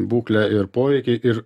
būklę ir poveikį ir